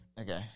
Okay